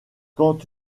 quand